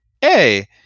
hey